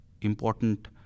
important